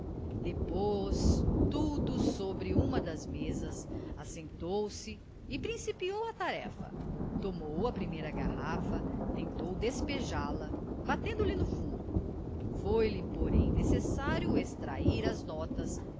depôs tudo sobre uma das mesas assentou-se e principiou a tarefa tomou a primeira garrafa tentou despejá la batendo-lhe no fundo foi-lhe porém necessário extrair as notas